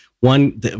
one